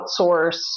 outsource